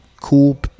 cool